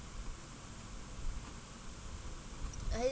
I